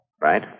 Right